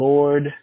Lord